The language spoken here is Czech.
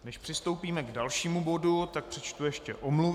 Než přistoupíme k dalšímu bodu, tak přečtu ještě omluvy.